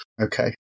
Okay